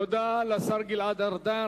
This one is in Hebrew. תודה לשר גלעד ארדן.